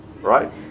right